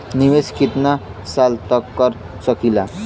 निवेश कितना साल तक कर सकीला?